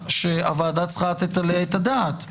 הוועדה צריכה לתת עליה את הדעת.